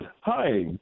Hi